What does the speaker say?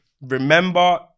Remember